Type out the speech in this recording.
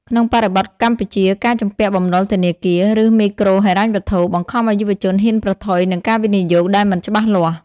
ក្នុងបរិបទកម្ពុជា ការជំពាក់បំណុលធនាគារ ឬមីក្រូហិរញ្ញវត្ថុ បង្ខំឱ្យយុវជនហ៊ានប្រថុយនឹងការវិនិយោគដែលមិនច្បាស់លាស់។